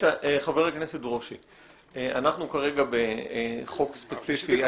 חבר הכנסת ברושי, אנחנו כרגע בחוק ספציפי.